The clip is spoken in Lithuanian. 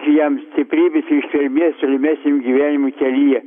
jam stiprybės ir ištvermės tolimesniam gyvenimo kelyje